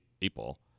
people